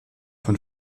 von